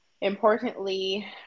importantly